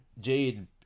Jade